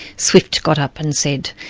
swift got up and said,